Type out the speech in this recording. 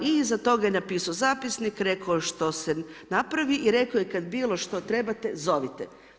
I iza toga je napisao zapisnik, rekao što se napravi i rekao je kad bilo što trebate zovite.